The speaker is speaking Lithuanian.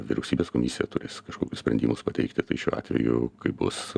vyriausybės komisija turės kažkokius sprendimus pateikti tai šiuo atveju kai bus